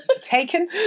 taken